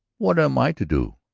what am i to do?